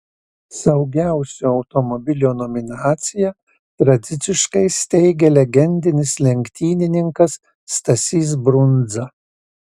saugiausio automobilio nominaciją tradiciškai steigia legendinis lenktynininkas stasys brundza